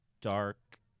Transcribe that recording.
dark